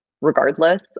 Regardless